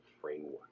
framework